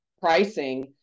pricing